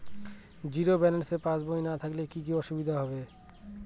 Zero balance passbook না থাকলে কি কী অসুবিধা হবে?